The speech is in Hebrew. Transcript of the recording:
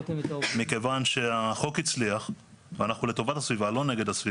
70% ל-80% וזה מתבטא בכמות העובדים שאנחנו פיטרנו